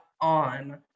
on